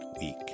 week